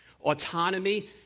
Autonomy